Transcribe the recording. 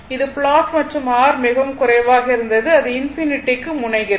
இது ப்லாட் மற்றும் R மிகவும் குறைவாக இருந்து அது இன்பினிட்டிக்கு முனைகிறது